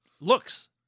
looks